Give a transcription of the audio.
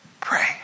Pray